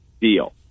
deal